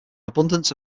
abundance